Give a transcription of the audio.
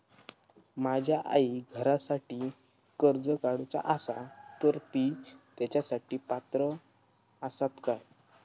माझ्या आईक घरासाठी कर्ज काढूचा असा तर ती तेच्यासाठी पात्र असात काय?